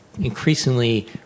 increasingly